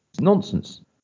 nonsense